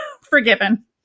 forgiven